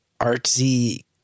artsy